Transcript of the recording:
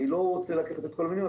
אני לא רוצה לקחת את כל המילים,